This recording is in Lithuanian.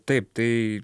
taip tai